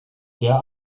der